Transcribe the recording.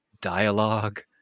dialogue